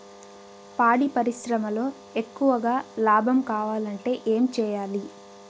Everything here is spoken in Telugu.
పాడి పరిశ్రమలో ఎక్కువగా లాభం కావాలంటే ఏం చేయాలి?